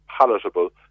palatable